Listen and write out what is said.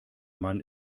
mann